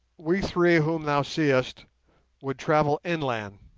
we three whom thou seest would travel inland,